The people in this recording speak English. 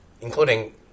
Including